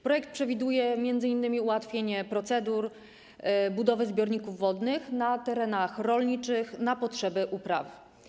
Projekt przewiduje m.in. ułatwienie procedur budowy zbiorników wodnych na terenach rolniczych na potrzeby upraw.